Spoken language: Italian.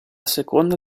seconda